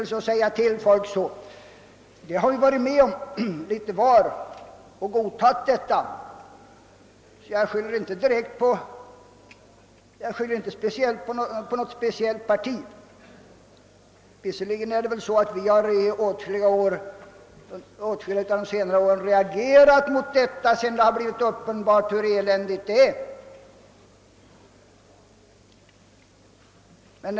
Litet till mans har vi godtagit bestämmelsen, och jag skyller inte på något speciellt parti, men åtskilliga av oss har under de senaste åren reagerat mot den sedan det blivit uppenbart hur eländiga förhållandena är.